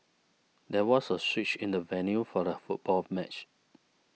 there was a switch in the venue for the football match